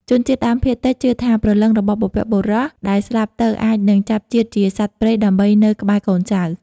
ជនជាតិដើមភាគតិចជឿថា ព្រលឹងរបស់បុព្វបុរសដែលស្លាប់ទៅអាចនឹងចាប់ជាតិជាសត្វព្រៃដើម្បីនៅក្បែរកូនចៅ។